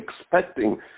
expecting